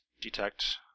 detect